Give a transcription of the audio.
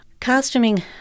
costuming